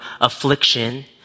affliction